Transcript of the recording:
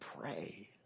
pray